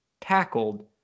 tackled